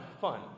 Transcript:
fun